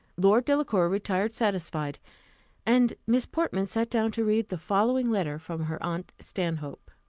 lord delacour retired satisfied and miss portman sat down to read the following letter from her aunt stanhope.